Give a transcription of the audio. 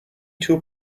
two